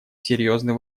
серьезный